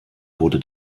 wurde